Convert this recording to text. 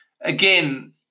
Again